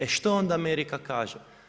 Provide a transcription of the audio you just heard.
E što onda Amerika kaže?